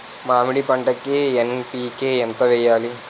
మామిడి పంటకి ఎన్.పీ.కే ఎంత వెయ్యాలి?